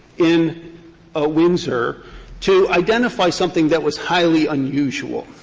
in ah windsor to identify something that was highly unusual.